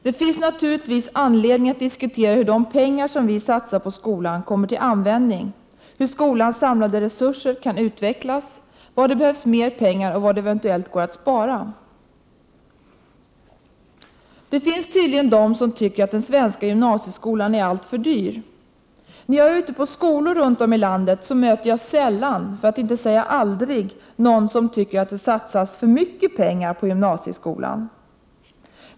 Det finns naturligtvis Anslag till CSR rt anledning att diskutera hur de pengar som satsas på skolan kommer till T52AR Bil BYIUraSTES skolor, m.m. användning, hur skolans samlade resurser kan utvecklas, var det behövs mer pengar och var det eventuellt går att spara. Det finns tydligen de som tycker att den svenska gymnasieskolan är alltför dyr. När jag är ute på skolor runt om i landet möter jag sällan, för att inte säga aldrig, någon som tycker att det satsas för mycket pengar på gymnasieskolan.